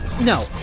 No